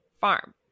farm